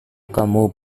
kamu